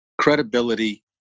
credibility